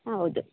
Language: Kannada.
ಹೌದು